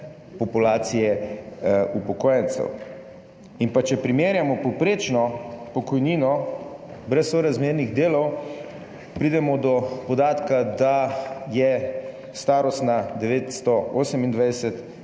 populacije upokojencev. Če primerjamo povprečno pokojnino brez sorazmernih delov, pridemo do podatka, da je starostna 928,